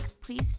please